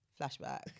flashback